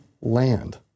land